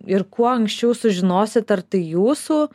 ir kuo anksčiau sužinosit ar tai jūsų